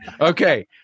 Okay